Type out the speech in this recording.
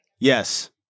Yes